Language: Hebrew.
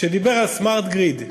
שדיבר על סמרט-גריד.